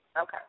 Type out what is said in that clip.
Okay